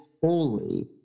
holy